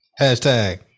Hashtag